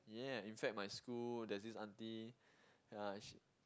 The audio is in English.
yeah in fact my school there's this aunty yeah she